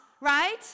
right